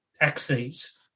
axes